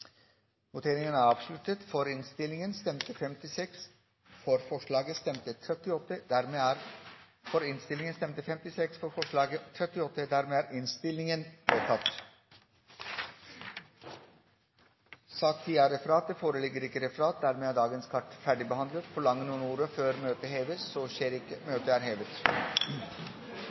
foreligger ikke noe referat. Dermed er dagens kart ferdigbehandlet. Forlanger noen ordet før møtet heves? – Møtet er hevet.